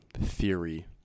theory